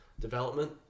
development